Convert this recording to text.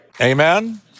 Amen